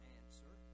answer